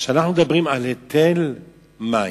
כשאנחנו מדברים על היטל מים,